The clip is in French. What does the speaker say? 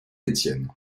étienne